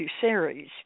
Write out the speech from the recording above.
Series